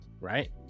right